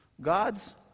God's